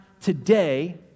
today